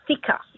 thicker